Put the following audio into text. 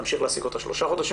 להמשיך להעסיק אותה 3 חודשים,